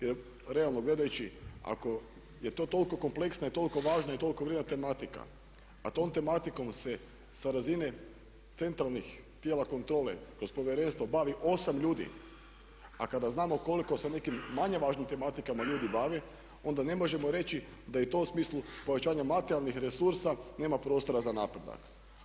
Jer realno gledajući ako je to toliko kompleksna i toliko važna i toliko vrijedna tematika, a tom tematikom se sa razine centralnih tijela kontrole kroz povjerenstvo bavi 8 ljudi a kada znamo koliko se o nekim manje važnim tematikama ljudi bavi onda ne možemo reći da je to u smislu povećanja materijalnih resursa nema prostora za napredak.